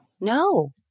no